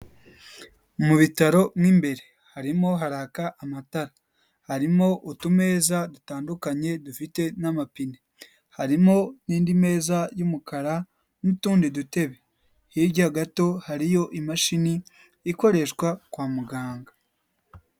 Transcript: Mu bitaro mu imbere harimo haraka amatara, harimo utumeza dutandukanye dufite n'amapine, harimo n'indi meza y'umukara n'utundi dutebe, hirya gato hariyo imashini ikoreshwa kwa muganga.